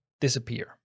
disappear